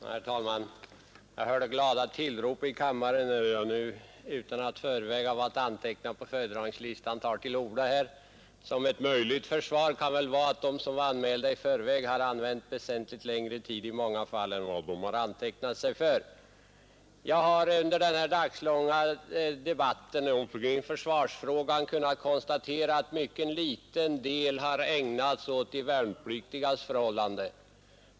Herr talman! Jag hör de glada tillrop i kammaren när jag nu utan att vara anmäld på talarlistan gick upp i talarstolen. Som försvar kan jag igen anföra att de som var anmälda i förväg i många fall använt väsentligt längre tid än vad de hade antecknat sig för. Jag har under denna dagslånga debatt om försvarsfrågan kunnat konstatera att en mycket liten del ägnats åt de värnpliktigas förhållanden.